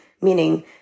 meaning